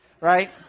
right